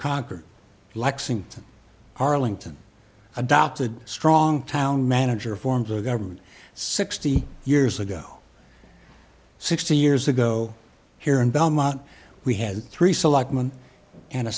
conquered lexington arlington adopted strong town manager forms of government sixty years ago sixty years ago here in belmont we had three